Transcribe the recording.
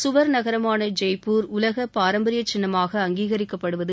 சுவர் நகரமான ஜெய்ப்பூர் உலக பாரம்பரிய சின்னமாக அங்கீகரிக்கப்படுவது